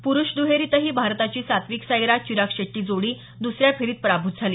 पुरुष दुहेरीतही भारताची सात्विक साईराज चिराग शेट्टी जोडी द्सऱ्या फेरीत पराभूत झाली